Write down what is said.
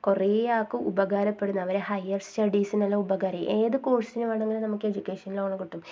കുറേ ആൾക്ക് ഉപകാരപ്പെടുന്ന അവർ ഹയർ സ്റ്റഡീസിനെല്ലാം ഉപകാരം ഏത് കോഴ്സിന് വേണമെങ്കിലും നമുക്ക് എഡ്യൂക്കേഷൻ ലോണ് കിട്ടും